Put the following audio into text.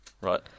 right